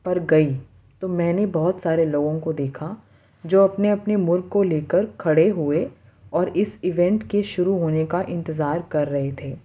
پر گئی تو میں نے بہت سارے لوگوں کو دیکھا جو اپنے اپنے مرغ کو لے کر کھڑے ہوئے اور اس ایونٹ کے شروع ہونے کا انتظار کر رہے تھے